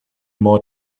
more